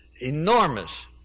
enormous